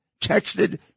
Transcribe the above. texted